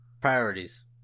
Priorities